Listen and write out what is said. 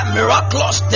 miraculous